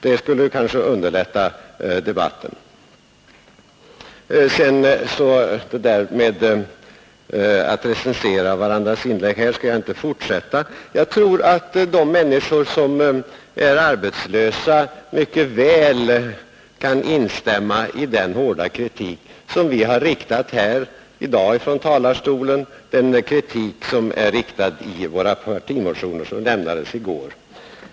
Det skulle kanske underlätta debatten. Jag skall inte ta upp talet om att recensera varandras inlägg. Jag tror att de människor som är arbetslösa mycket väl kan instämma i den hårda kritik som vi har framfört från talarstolen i dag och i våra partimotioner, som lämnades i går.